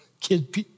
Kids